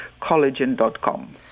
collagen.com